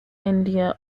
india